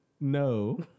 No